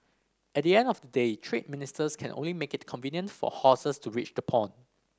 at the end of the day trade ministers can only make it convenient for horses to reach the pond